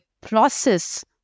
process